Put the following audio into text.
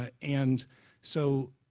ah and so,